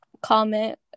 comment